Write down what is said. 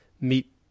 meet